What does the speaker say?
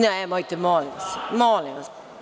Nemojte molim vas, molim vas.